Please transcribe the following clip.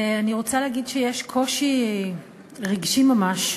אני רוצה להגיד שיש קושי, רגשי ממש,